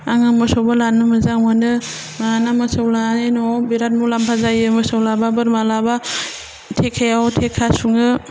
आङो मोसौबो लानो मोजां मोनो मानोना मोसौ लानानै न'आव बिराथ मुलाम्फा जायो मोसौ लाबा बोरमा लाबा टेकायाव टेखा सुङो